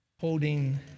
holding